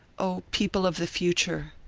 o, people of the future!